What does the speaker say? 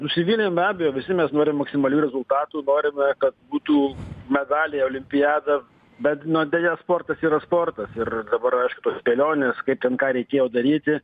nusivylėm be abejo visi mes norim maksimalių rezultatų norime kad būtų medaliai olimpiada bet nu deja sportas yra sportas ir dabar aišku tos spėlionės kaip ten ką reikėjo daryti